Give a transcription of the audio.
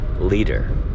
leader